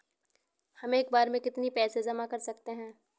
हम एक बार में कितनी पैसे जमा कर सकते हैं?